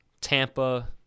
Tampa—